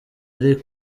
ari